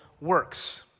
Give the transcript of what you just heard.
works